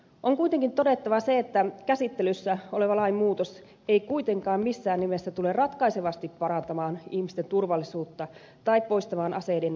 on kuitenkin todettava se että käsittelyssä oleva lainmuutos ei kuitenkaan missään nimessä tule ratkaisevasti parantamaan ihmisten turvallisuutta tai poistamaan aseiden väärinkäytöksiä